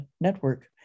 network